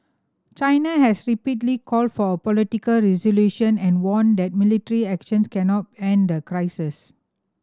China has repeatedly called for a political resolution and warned that military actions cannot end the crisis